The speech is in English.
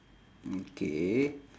okay